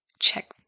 check